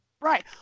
Right